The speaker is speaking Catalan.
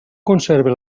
conserve